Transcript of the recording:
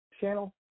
channel